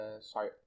sorry